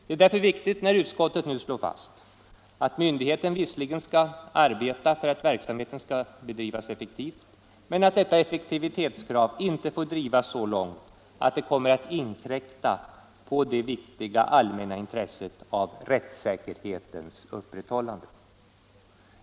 Det är därför ganska viktigt när utskottet nu slår fast att myndigheten visserligen skall verka för att verksamheten bedrivs effektivt men att detta effektivitetskrav icke får drivas så långt att det kommer att inkräkta på det viktiga allmänna intresset av rättssäkerhetens upprätthållande.